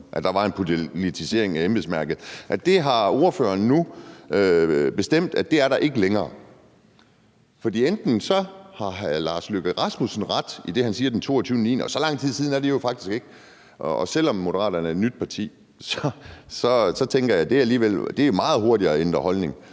at der var en politisering af embedsværket, og så har ordføreren nu bestemt, at det er der ikke længere? For enten havde hr. Lars Løkke Rasmussen ret i det, han sagde den 25. september, eller ej, og så lang tid siden er det jo faktisk ikke. Og selv om Moderaterne er et nyt parti, tænker jeg, at det alligevel er meget hurtigt at ændre holdning.